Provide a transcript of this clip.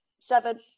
Seven